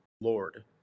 Lord